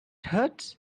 hurts